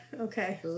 Okay